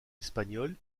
espagnol